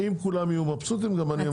אם כולם יהיו מרוצים, גם אני אהיה מרוצה.